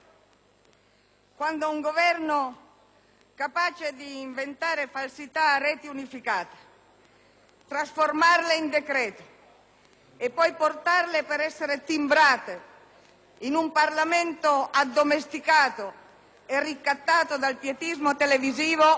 quando un Governo è capace di inventare falsità a reti unificate, trasformarle in decreto e poi portarle per essere timbrate in un Parlamento addomesticato e ricattato dal pietismo televisivo,